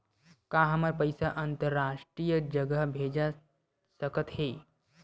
का हमर पईसा अंतरराष्ट्रीय जगह भेजा सकत हे?